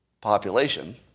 population